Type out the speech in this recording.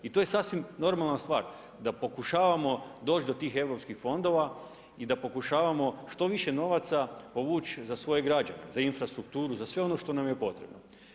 I to je sasvim normalna stvar da pokušavamo doć do tih europskih fondova i da pokušavamo što više novaca povući za svoje građane, za infrastrukturu, za sve ono što nam je potrebno.